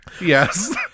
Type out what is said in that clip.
Yes